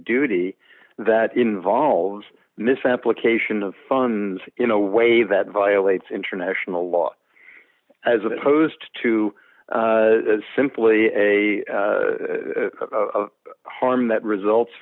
duty that involves misapplication of funs in a way that violates international law as opposed to simply a harm that results